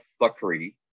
suckery